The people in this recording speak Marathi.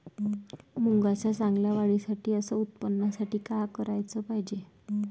मुंगाच्या चांगल्या वाढीसाठी अस उत्पन्नासाठी का कराच पायजे?